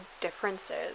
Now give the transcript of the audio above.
differences